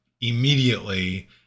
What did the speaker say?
immediately